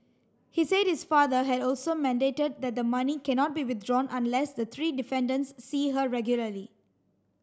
he said his father had also mandated that the money cannot be withdrawn unless the three defendants see her regularly